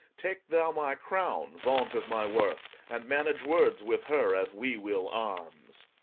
take thou my crown, vaunt of my worth, and manage words with her, as we will arms.